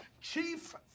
Chief